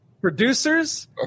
Producers